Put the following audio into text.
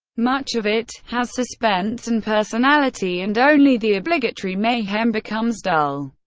much of it. has suspense and personality, and only the obligatory mayhem becomes dull.